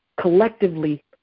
collectively